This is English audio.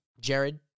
Jared